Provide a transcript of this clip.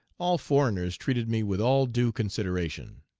all foreigners treated me with all due consideration.